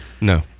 No